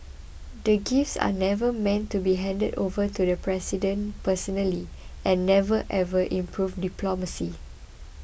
the gifts are never meant to be handed over to the President personally and never ever improved diplomacy